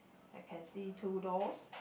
I can see two doors